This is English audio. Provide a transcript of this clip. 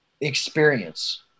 experience